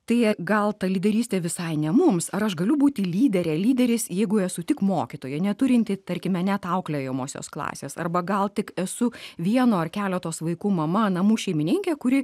tai gal ta lyderystė visai ne mums ar aš galiu būti lydere lyderiais jeigu esu tik mokytoja neturinti tarkime net auklėjamosios klasės arba gal tik esu vieno ar keleto vaikų mama namų šeimininkė kuri